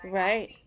right